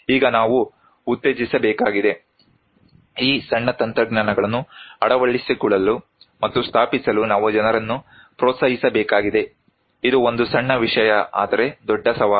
ಈಗ ನಾವು ಉತ್ತೇಜಿಸಬೇಕಾಗಿದೆ ಈ ಸಣ್ಣ ತಂತ್ರಜ್ಞಾನಗಳನ್ನು ಅಳವಡಿಸಿಕೊಳ್ಳಲು ಮತ್ತು ಸ್ಥಾಪಿಸಲು ನಾವು ಜನರನ್ನು ಪ್ರೋತ್ಸಾಹಿಸಬೇಕಾಗಿದೆ ಇದು ಒಂದು ಸಣ್ಣ ವಿಷಯ ಆದರೆ ದೊಡ್ಡ ಸವಾಲು